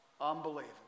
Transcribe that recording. Unbelievable